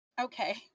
Okay